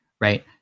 right